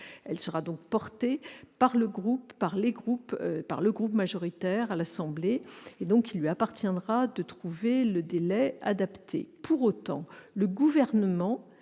qui sera donc portée par le groupe majoritaire à l'Assemblée nationale, auquel il appartiendra de trouver le créneau adapté. Pour autant, le Gouvernement